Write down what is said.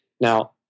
Now